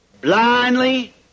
blindly